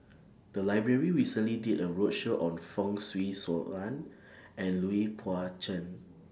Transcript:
The Library recently did A roadshow on Fong Swee Suan and Lui Pao Chuen